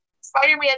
Spider-Man